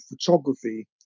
photography